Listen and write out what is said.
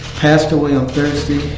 passed away on thursday,